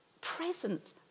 present